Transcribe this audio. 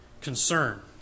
concern